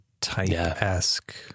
type-esque